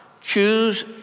Choose